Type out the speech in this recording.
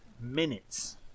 minutes